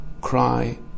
cry